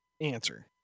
answer